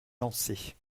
lancer